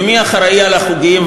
ומי אחראי לחוגים,